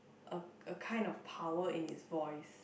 a a kind of power in his voice